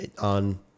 on